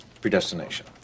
predestination